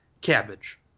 Cabbage